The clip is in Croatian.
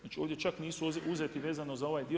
Znači ovdje čak nisu uzeti vezano za ovaj dio.